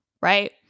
right